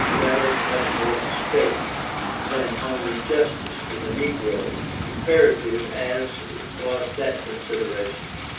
there was much more at stake than only justice to the negroes, imperative as was that consideration.